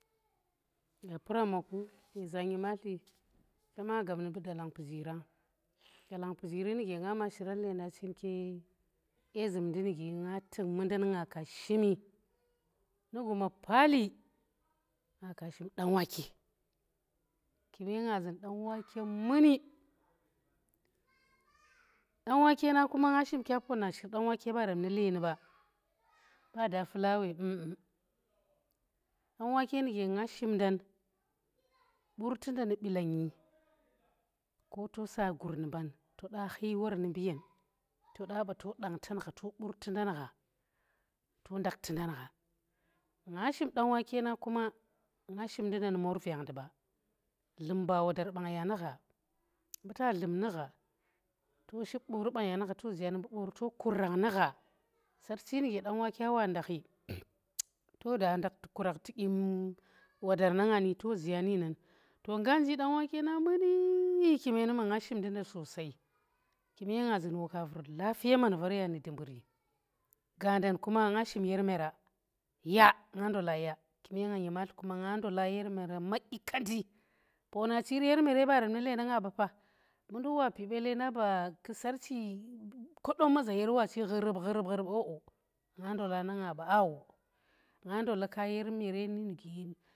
Gappuramma ku nyeza nyimatli chema gap nu mbu dalang pujiran pujiri nuge ngama shiran lenda chinka, dye zum ndi nuge nga tuk mundan nga ka shimi nu guma paali, nga shim ɗanwake kume nga zun ɗanwake muni ɗanwakenang nga shim ka poona shir ɗanwake barem nu leeni ba kada fullawe um um nuge nga shimdan, burti nda nu bilangi ko tosa gur nu mbarto nda khtindan gha. nga shim ɗanwake nga shim ndu nda nu moor vyangndi ba, dlum ba wodar bang ya nugha, mbu ta dlum nu gha to ship boori bang ya nu gha to kurakh nu gha, sarchi nuge ɗanwakyan wa ndakhi to da ndakhti kura khti dyim wodar na nga ni to zuyani nan. to nga nji ɗanwake nang muni kume numa nga shim ndi sossai kume nga zun waka vur lafiye man var ya ndi dumburi gadan kuma nga shim yar mera ya kume nga nyimatli kuma nga ndola yar mere maƙi kandi pona chi yar mere ɓarem ndi lendanga ɓafa mu nduk wapi ɓai lendang ba ku sarchi koɗoma za yar washi ghurup ghurup o o nga ndolaka nang nga ɓa nga ndolaka yar nuge.